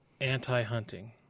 anti-hunting